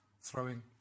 throwing